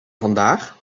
vandaag